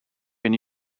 been